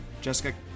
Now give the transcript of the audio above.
Jessica